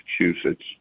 Massachusetts